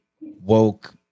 woke